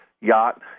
yacht